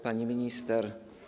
Pani Minister!